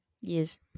Yes